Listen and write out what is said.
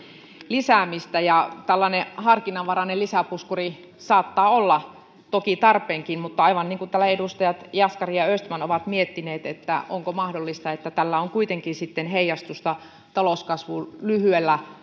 lisäämistä ja tällainen harkinnanvarainen lisäpuskuri saattaa olla toki tarpeenkin mutta aivan niin kuin täällä edustajat jaskari ja östman ovat miettineet onko mahdollista että tällä on kuitenkin sitten heijastusta talouskasvuun lyhyellä